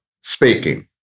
speaking